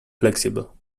flexible